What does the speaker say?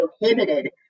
prohibited